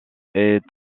est